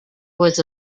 was